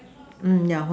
mm yeah white